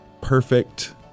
perfect